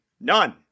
None